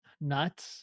nuts